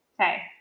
okay